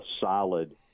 solid